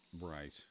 Right